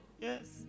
Yes